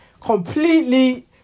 Completely